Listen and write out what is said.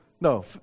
No